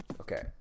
Okay